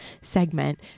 segment